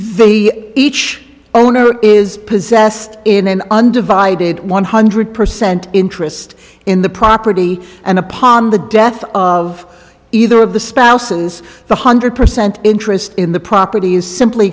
the each owner is possessed in an undivided one hundred percent interest in the property and upon the death of either of the spouses the hundred percent interest in the property is simply